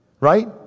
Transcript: Right